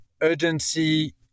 urgency